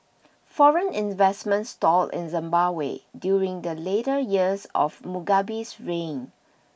foreign investment stalled in Zimbabwe during the later years of Mugabe's reign